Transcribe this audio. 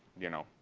you know,